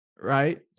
right